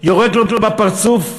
יורק לו בפרצוף ואומר: